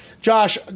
Josh